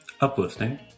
Uplifting